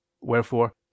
wherefore